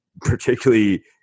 particularly –